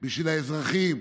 בשביל האזרחים,